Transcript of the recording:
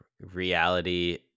reality